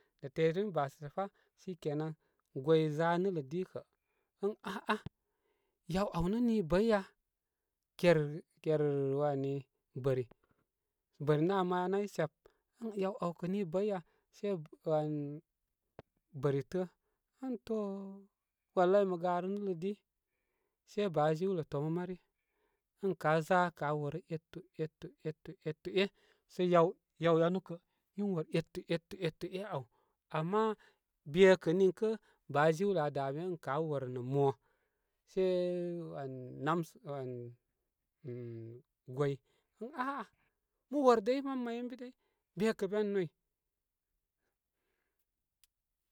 De terimi bate sə' pa shi kena gwoi za nɨl lə di kə ən a'a yaw aw nə nii bəya kekr ker wani bəri bəri nə aa ma nay sep ən yaw aw kə nii bəya se wan bəri təə ə'n to walai mə garə nɨl lə di sai baajiwlə tomə mari ən ka za ka wor etu, etu, etu, etu, e' sə yaw, yaw wanu kə in wor etu, etu, etu, etu e' aw ama be ko' niŋkə baajiwlə aa da be ən ka won nə mo se wan namsə wan mai gwoi ən a'a mə wor dəy man may ən bi dəy be kə' ben noy.